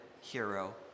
hero